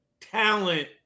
talent